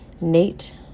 Nate